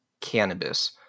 cannabis